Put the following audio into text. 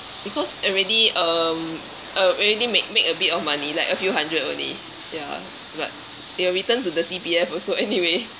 because already um uh already make make a bit of money like a few hundred only ya but they will return to the C_P_F also anyway